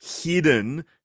hidden